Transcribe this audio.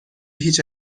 هیچ